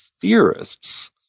Theorists